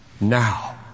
now